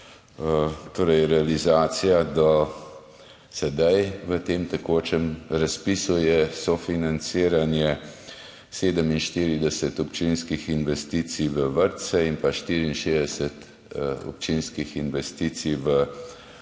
torej realizacija. Do sedaj v tem tekočem razpisu je sofinanciranje 47 občinskih investicij v vrtce in pa 64 občinskih investicij v